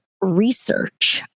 research